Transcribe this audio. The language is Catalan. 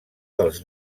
dels